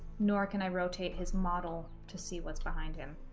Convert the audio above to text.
nor can i rotate his model to see what's behind him,